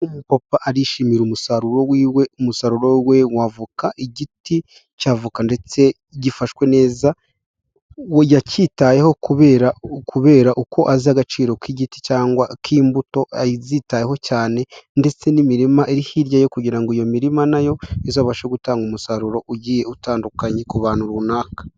Umupapa arishimira umusaruro wiwe, umusaruro we wa avoka, igiti cya avoka ndetse gifashwe neza, yacyitayeho kubera kubera uko azi agaciro k'igiti cyangwa k'imbuto abyitayeho cyane, ndetse n'imirima iri hirya ye kugira ngo iyo mirima nayo izabashe gutanga umusaruro ugiye utandukanye ku bantu runaka.